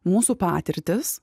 mūsų patirtys